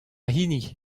hini